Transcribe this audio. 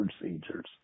procedures